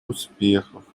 успехов